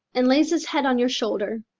and lays his head on your shoulder.